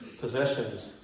possessions